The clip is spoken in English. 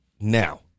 now